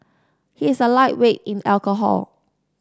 he is a lightweight in alcohol